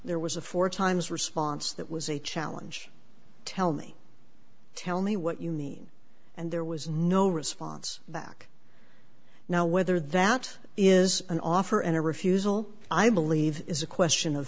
there was a four times response that was a challenge tell me tell me what you mean and there was no response back now whether that is an offer and a refusal i believe is a question of